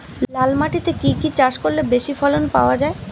লাল মাটিতে কি কি চাষ করলে বেশি ফলন পাওয়া যায়?